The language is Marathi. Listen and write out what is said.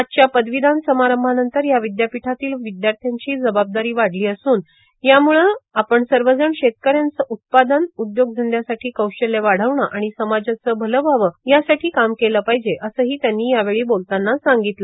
आजच्या पदवीदान समारंभानंतर या विद्यापीठातील विद्यार्थ्यांची जबाबदारी वाढली असून यामुळं आपण सर्वजण शेतकऱ्यांचं उत्पादन उद्योगधद्यांसाठी कौशल्य वाढविणं आणि समाजाचं भलं व्हावं यासाठी काम केलं पाहिजे असंही त्यांनी यावेळी बोलताना सांगितलं